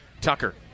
Tucker